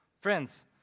Friends